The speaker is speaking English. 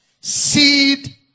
Seed